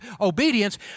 obedience